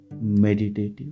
meditative